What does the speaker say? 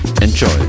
Enjoy